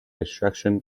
extraction